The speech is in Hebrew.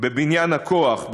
בבניין הכוח,